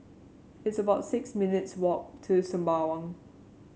it's about six minutes' walk to Sembawang